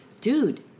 Dude